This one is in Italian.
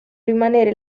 rimanere